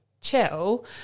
chill